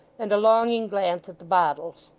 and a longing glance at the bottles.